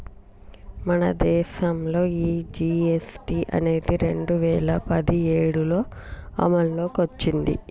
మన దేసంలో ఈ జీ.ఎస్.టి అనేది రెండు వేల పదిఏడులో అమల్లోకి ఓచ్చింది